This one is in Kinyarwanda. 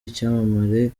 icyamamare